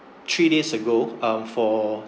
three days ago um for